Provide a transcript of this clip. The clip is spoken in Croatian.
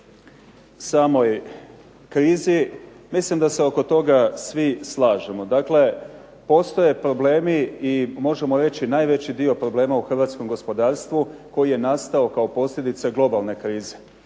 samoj krizi mislim da se oko toga svi slažemo. Dakle, postoje problemi i možemo reći najveći dio problema u hrvatskom gospodarstvu koji je nastao kao posljedica globalne krize,